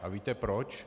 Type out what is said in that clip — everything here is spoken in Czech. A víte proč?